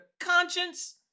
conscience